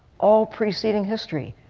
all preceding history,